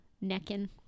necking